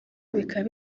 bikaba